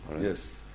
Yes